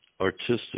artistic